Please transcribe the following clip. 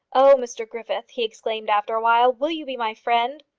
oh, mr griffith, he exclaimed after a while, will you be my friend?